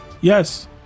Yes